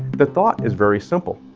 the thought is very simple.